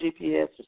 GPS